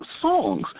songs